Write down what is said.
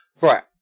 Right